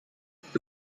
mit